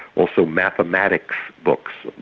also mathematics books,